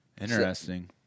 Interesting